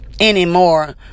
anymore